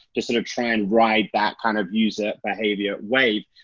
just sort of try and ride that kind of user behavior wave.